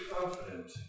confident